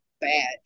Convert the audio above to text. bad